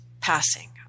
passing